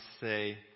say